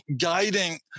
guiding